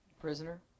Prisoner